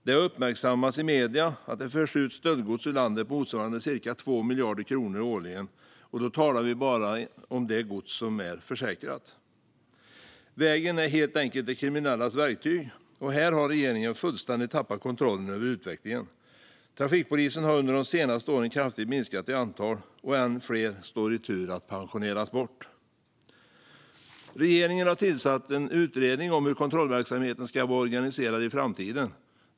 Det har uppmärksammats i medierna att det förs ut stöldgods ur landet motsvarande ca 2 miljarder kronor årligen, och då talar vi bara om det gods som är försäkrat. Vägen är helt enkelt de kriminellas verktyg, och här har regeringen fullständigt tappat kontrollen över utvecklingen. Trafikpolisen har under de senaste åren kraftigt minskat i antal. Än fler står i tur att pensioneras bort. Regeringen har tillsatt en utredning om hur kontrollverksamheten ska vara organiserad i framtiden.